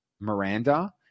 Miranda